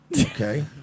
okay